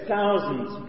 Thousands